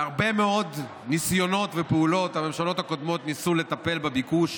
בהרבה מאוד ניסיונות ופעולות הממשלות הקודמות ניסו לטפל בביקוש